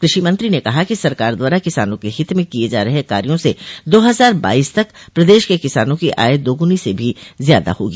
कृषि मंत्री ने कहा कि सरकार द्वारा किसानों के हित में किये जा रहे कार्यो से दो हजार बाईस तक प्रदेश के किसानों की आय दोगुनी से भी ज्यादा होगी